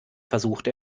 versucht